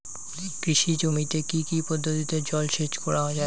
কৃষি জমিতে কি কি পদ্ধতিতে জলসেচ করা য়ায়?